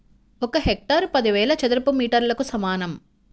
ఒక హెక్టారు పదివేల చదరపు మీటర్లకు సమానం